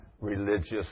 religious